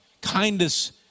Kindness